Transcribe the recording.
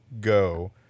go